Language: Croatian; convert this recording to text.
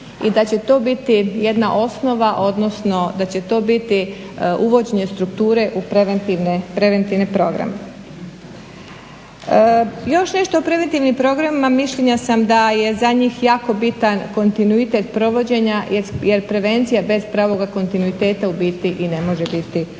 i da će to biti jedna osnovna, odnosno da će to biti uvođenje strukture u preventivne programe. Još nešto o preventivnim programima, mišljenja sam da je za njih jako bitan kontinuitet provođenja jer prevencija bez pravoga kontinuiteta ubiti i ne može biti prava